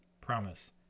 promise